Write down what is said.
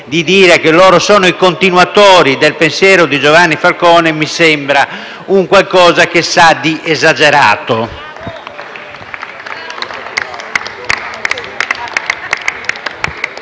di dire che loro sono i continuatori del pensiero di Giovanni Falcone mi sembra qualcosa di esagerato.